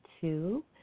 two